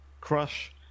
crush